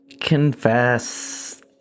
confess